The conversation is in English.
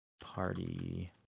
Party